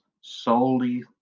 solely